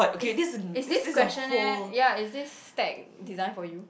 is is this questionnaire ya is this stack designed for you